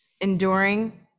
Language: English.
enduring